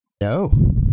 No